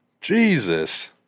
Jesus